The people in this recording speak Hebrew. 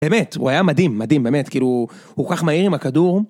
באמת הוא היה מדהים מדהים באמת כאילו הוא כל כך מהיר עם הכדור.